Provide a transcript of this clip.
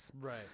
Right